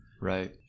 right